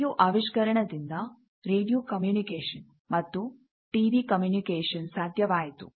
radio ಆವಿಷ್ಕರಣದಿಂದ radio communication ಮತ್ತು TV communication ಸಾಧ್ಯವಾಯಿತು